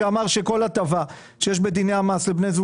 שאמר שכל הטבה שיש בדיני המס לבני זוג